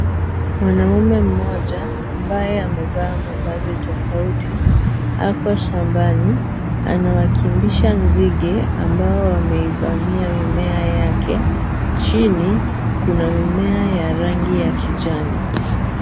Mwanaume mmoja ambaye amevaa mavazi tofauti ako shambani anawakimbisha nzige ambao wameivamia mimea yake, chini kuna mimea ya rangi ya kijani.